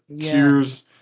cheers